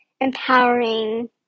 empowering